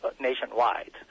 nationwide